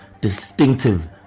distinctive